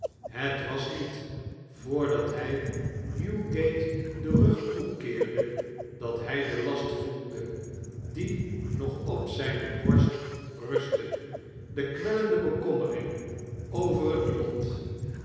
het was niet voordat hij newgate den rug toekeerde dat hij den last voelde die nog op zijne borst rustte de kwellende bekommering over het lot